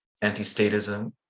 anti-statism